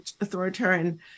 authoritarian